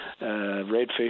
redfish